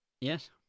Yes